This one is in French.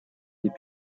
des